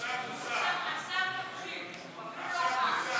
למה אתם עכשיו לא עושים את זה?